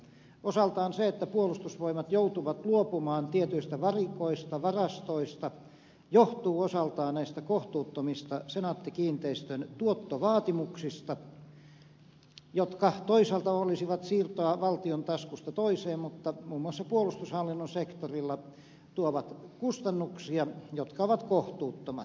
osaltaan se että puolustusvoimat joutuu luopumaan tietyistä varikoista varastoista johtuu näistä kohtuuttomista senaatti kiinteistöjen tuottovaatimuksista jotka toisaalta olisivat siirtoa valtion taskusta toiseen mutta muun muassa puolustushallinnon sektorilla tuovat kustannuksia jotka ovat kohtuuttomat